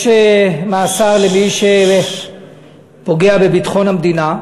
יש מאסר למי שפוגע בביטחון המדינה,